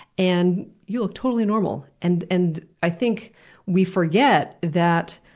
and you look totally normal. and and i think we forget that